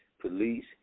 police